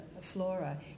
flora